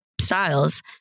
styles